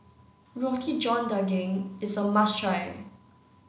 Roti John Daging is a must try